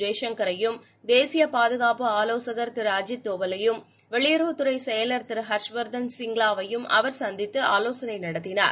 ஜெய் சங்கரையும் தேசிய பாதுகாப்பு ஆலோசகர் திரு அஜித் தோல்லையும் வெளியுறவுத் துறை செயலர் திரு ஹர்ஷ் வர்தன் சிங்வா வையும் அவர் சந்தித்து ஆலோசனை நடத்தினார்